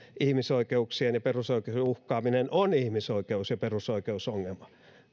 ihmisoikeuksien ja perusoikeuksien uhkaaminen on ihmisoikeus ja perusoikeusongelma